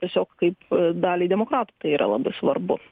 tiesiog kaip daliai demokratų tai yra labai svarbu